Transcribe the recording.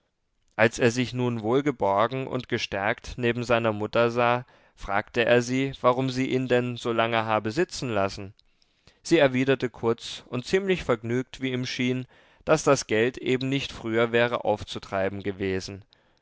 als er sich nun wohlgeborgen und gestärkt neben seiner mutter sah fragte er sie warum sie ihn denn so lange habe sitzen lassen sie erwiderte kurz und ziemlich vergnügt wie ihm schien daß das geld eben nicht früher wäre aufzutreiben gewesen